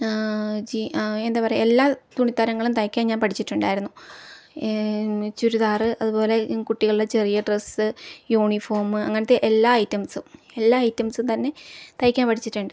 എന്താ പറയുക എല്ലാ തുണിത്തരങ്ങളും തയ്ക്കാൻ ഞാൻ പഠിച്ചിട്ടുണ്ടായിരുന്നു ഏ ചുരിദാറ് അതുപോലെ കുട്ടികളുടെ ചെറിയ ഡ്രസ്സ് യൂണിഫോമ് അങ്ങനെത്തെ എല്ലാ ഐറ്റംസും എല്ലാ ഐറ്റംസും തന്നെ തയ്ക്കാൻ പഠിച്ചിട്ടുണ്ട്